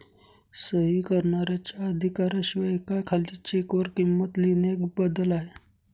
सही करणाऱ्याच्या अधिकारा शिवाय एका खाली चेक वर किंमत लिहिणे एक बदल आहे